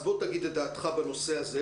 אז בוא ותגיד את דעתך בנושא הזה.